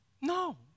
No